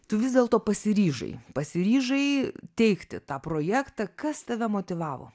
tu vis dėlto pasiryžai pasiryžai teikti tą projektą kas tave motyvavo